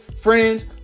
friends